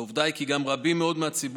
עובדה היא כי גם רבים מאוד מהציבור